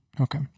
Okay